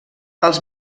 els